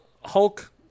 Hulk